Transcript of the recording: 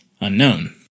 unknown